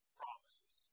promises